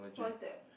what is that